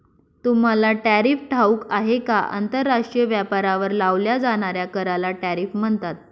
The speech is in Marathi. तुम्हाला टॅरिफ ठाऊक आहे का? आंतरराष्ट्रीय व्यापारावर लावल्या जाणाऱ्या कराला टॅरिफ म्हणतात